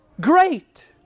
great